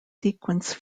sequence